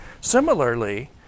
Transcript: Similarly